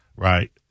Right